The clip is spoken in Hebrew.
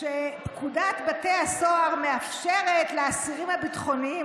שפקודת בתי הסוהר מאפשרת לאסירים הביטחוניים,